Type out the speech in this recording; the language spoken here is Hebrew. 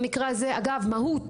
אגב, 'מהות',